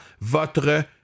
votre